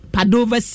Padova